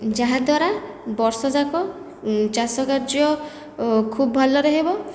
ଯାହାଦ୍ଵାରା ବର୍ଷ ଯାକ ଚାଷ କାର୍ଯ୍ୟ ଖୁବ୍ ଭଲରେ ହେବ